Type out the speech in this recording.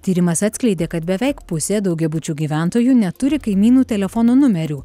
tyrimas atskleidė kad beveik pusė daugiabučių gyventojų neturi kaimynų telefono numerių